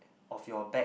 of your bag